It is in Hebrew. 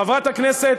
חברת הכנסת,